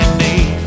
need